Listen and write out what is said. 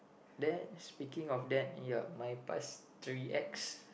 that speaking of that ya my pass three X